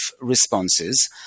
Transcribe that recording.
responses